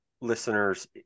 listeners